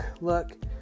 look